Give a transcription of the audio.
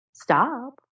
stop